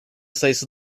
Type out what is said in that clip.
sayısı